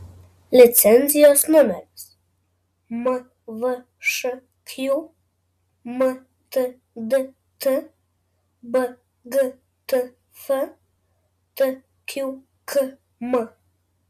licenzijos numeris mvšq mtdt bgtf tqkm